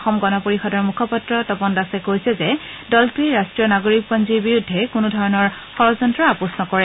অসম গণ পৰিষদৰ মুখপাত্ৰ তপন দাসে কৈছে যে দলটোৱে ৰাষ্ট্ৰীয় নাগৰিকপঞ্জীৰ বিৰুদ্ধে কোনোধৰণৰ ষড়্যন্ত্ৰক আপোচ নকৰে